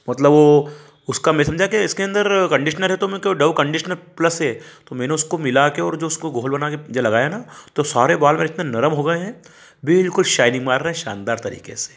मतलब वो उसका मैं समझा के इसके अन्दर कंडीशनर है तो मैं क्यों डव कंडीशनर प्लस है तो मैंने उसको मिला कर और जो उसको घोल बनाके जो लगाया ना तो सारे बाल मेरे इतना नरम हो गए हैं बिलकुल शाइनिंग मार रहा है शानदार तरीके से